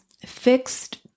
fixed